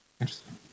Interesting